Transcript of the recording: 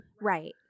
Right